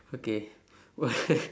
okay why